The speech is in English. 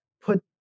put